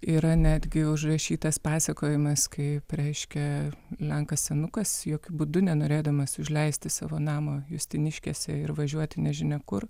yra netgi užrašytas pasakojimas kaip reiškia lenkas senukas jokiu būdu nenorėdamas užleisti savo namo justiniškėse ir važiuoti nežinia kur